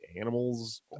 animals